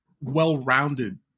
well-rounded